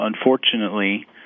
unfortunately